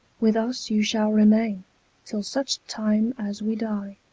with us you shal remaine till such time as we dye.